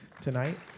tonight